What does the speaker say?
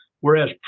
Whereas